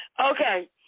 okay